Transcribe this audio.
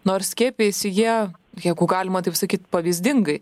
nors skiepijasi jie jeigu galima taip sakyt pavyzdingai